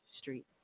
Street